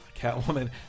Catwoman